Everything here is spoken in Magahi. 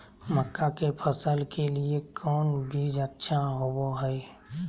मक्का के फसल के लिए कौन बीज अच्छा होबो हाय?